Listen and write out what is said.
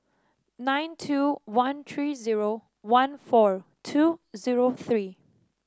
nine two one three zero one four two zero three